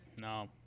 No